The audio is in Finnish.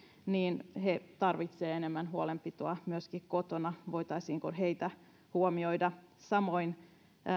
niin myöskin he tarvitsevat enemmän huolenpitoa kotona voitaisiinko heitä huomioida samoin